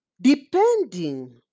depending